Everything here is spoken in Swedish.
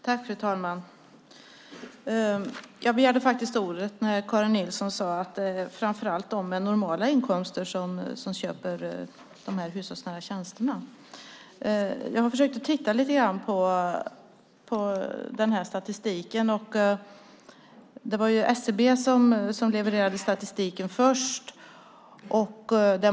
Fru talman! Jag begärde ordet när Karin Nilsson sade att det framför allt är de med normala inkomster som köper hushållsnära tjänster. Jag har försökt titta lite grann på statistiken. SCB levererade statistiken först.